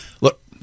look